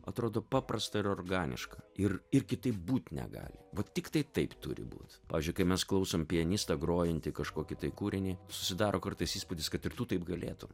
atrodo paprasta ir organiška ir ir kitaip būt negali vat tiktai taip turi būt pavyzdžiui kai mes klausom pianistą grojantį kažkokį tai kūrinį susidaro kartais įspūdis kad ir tu taip galėtum